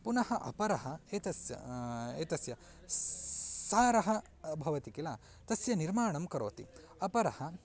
पुनः अपरः एतस्य एतस्य सारः भवति किल तस्य निर्माणं करोति अपरः